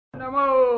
Namo